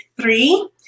Three